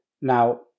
Now